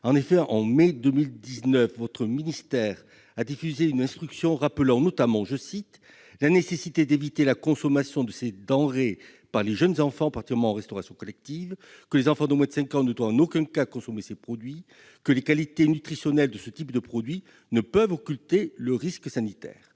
et de l'alimentation a diffusé une instruction rappelant notamment « la nécessité d'éviter la consommation de ces denrées par les jeunes enfants, particulièrement en restauration collective »,« que les enfants de moins de 5 ans ne doivent en aucun cas consommer ces produits » et que « les qualités nutritionnelles de ce type de produits » ne peuvent « occulter le risque sanitaire ».